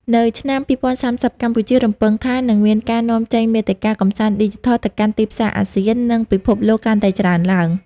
នៅឆ្នាំ ២០៣០ កម្ពុជារំពឹងថានឹងមានការនាំចេញមាតិកាកម្សាន្តឌីជីថលទៅកាន់ទីផ្សារអាស៊ាន និងពិភពលោកកាន់តែច្រើនឡើង។